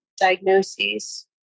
diagnoses